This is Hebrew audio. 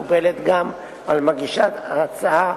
מקובלת גם על מגישת ההצעה,